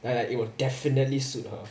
ya like it will definitely suit her